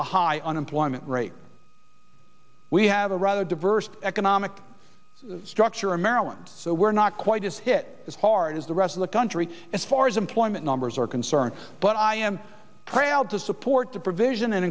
a high unemployment rate we have a rather diverse economic structure in maryland so we're not quite as hit as hard as the rest of the country as far as i'm climate numbers are concerned but i am proud to support the provision and